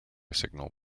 signal